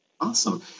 Awesome